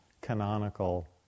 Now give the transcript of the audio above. canonical